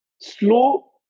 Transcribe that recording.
slow